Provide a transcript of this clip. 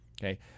okay